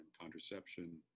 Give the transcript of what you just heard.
contraception